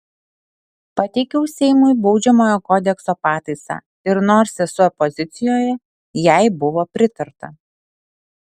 pateikiau seimui baudžiamojo kodekso pataisą ir nors esu opozicijoje jai buvo pritarta